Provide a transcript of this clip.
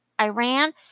Iran